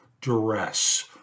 duress